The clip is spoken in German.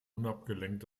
unabgelenkt